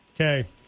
Okay